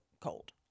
cold